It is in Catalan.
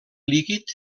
líquid